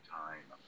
time